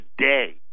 today